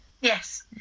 Yes